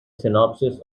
synopsis